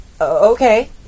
okay